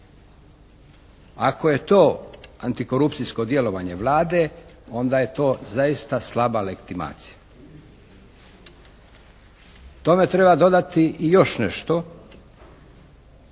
Ako je to antikorupcijsko djelovanje Vlade onda je to zaista slaba legitimacija. Tome treba dodati i još nešto